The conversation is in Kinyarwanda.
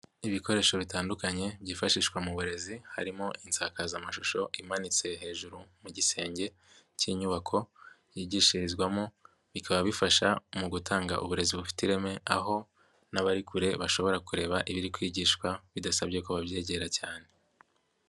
Ibikoresho bitandukanye byifashishwa mu burezi harimo insakazamashusho imanitse hejuru mu gisenge k'inyubako yigishirizwamo, bikaba bifasha mu gutanga uburezi bufite ireme aho n'abari kure bashobora kureba ibiri kwigishwa bidasabye ko babyegera cyane.